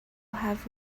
have